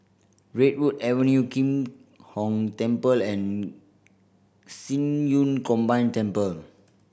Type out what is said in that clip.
Redwood Avenue Kim Hong Temple and Yun Combined Temple